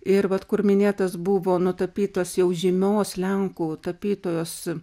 ir bet kur minėtas buvo nutapytas jau žinomos lenkų tapytojos